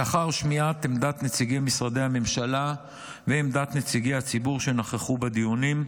לאחר שמיעת עמדת נציגי משרדי הממשלה ועמדת נציגי הציבור שנכחו בדיונים,